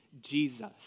Jesus